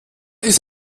ist